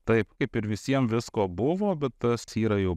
taip kaip ir visiem visko buvo bet tas yra jau